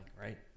right